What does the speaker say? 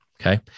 Okay